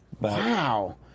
Wow